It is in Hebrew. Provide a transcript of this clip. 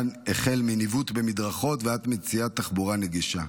החל מניווט במדרכות ועד מציאת תחבורה נגישה.